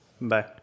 Bye